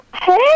Hey